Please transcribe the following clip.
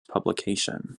publication